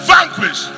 Vanquish